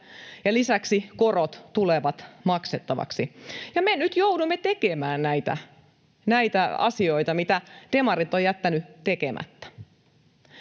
lisäksi korot tulevat maksettaviksi. Me nyt joudumme tekemään näitä asioita, mitä demarit ovat jättäneet tekemättä.